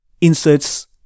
inserts